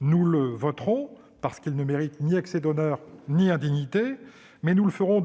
nous le voterons. Il ne mérite ni excès d'honneur ni indignité, mais nous resterons